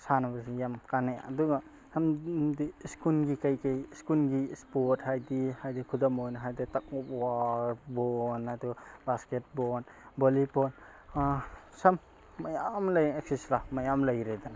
ꯁꯥꯟꯅꯕꯁꯤ ꯌꯥꯝ ꯀꯥꯟꯅꯩ ꯑꯗꯨꯒ ꯁ꯭ꯀꯨꯜꯒꯤ ꯀꯩ ꯀꯩ ꯁ꯭ꯀꯨꯜꯒꯤ ꯏꯁꯄꯣꯔꯠ ꯍꯥꯏꯗꯤ ꯍꯥꯏꯗꯤ ꯈꯨꯗꯝ ꯑꯣꯏꯅ ꯍꯥꯏꯔꯕꯗ ꯇꯛ ꯑꯣꯐ ꯋꯥꯔ ꯕꯣꯜ ꯑꯗꯨꯒ ꯕꯥꯁꯀꯦꯠ ꯕꯣꯜ ꯕꯣꯂꯤ ꯕꯣꯜ ꯁꯝ ꯃꯌꯥꯝ ꯂꯩ ꯑꯦꯛꯁꯁꯇ꯭ꯔꯥ ꯃꯌꯥꯝ ꯂꯩꯔꯦꯗꯅ